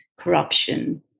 corruption